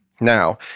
Now